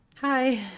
Hi